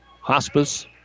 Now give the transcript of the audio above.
Hospice